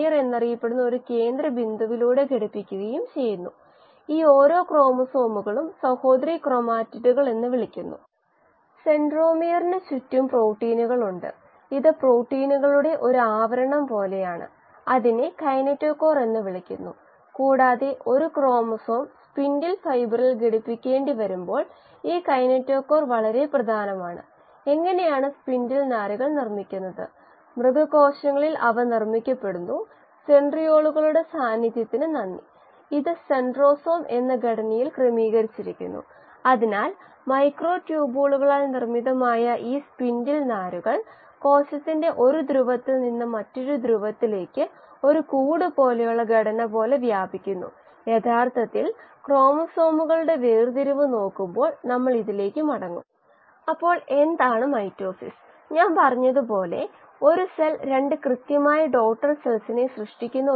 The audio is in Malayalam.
മുകളിൽ പറഞ്ഞ ഇൻലെറ്റ് ഫ്ലോ നിരക്കിൽ ആവശ്യമായ ഒരു കീമോസ്റ്റാറ്റിന്റെ ഏറ്റവും ചെറിയ വലിപ്പം കണ്ടെത്തുക